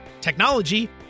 technology